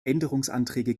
änderungsanträge